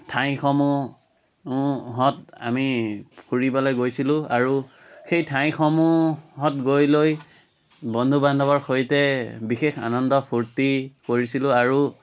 ঠাইসমূহত আমি ফুৰিবলৈ গৈছিলোঁ আৰু সেই ঠাইসমূহত গৈ লৈ বন্ধু বান্ধৱৰ সৈতে বিশেষ আনন্দ ফূৰ্তি কৰিছিলোঁ আৰু